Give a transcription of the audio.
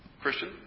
Christian